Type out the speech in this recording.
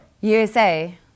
USA